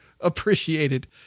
appreciated